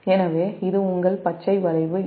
எனவேஇது உங்கள் பச்சைவளைவு 'A'